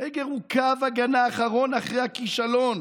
סגר הוא קו הגנה אחרון אחרי שנכשלת";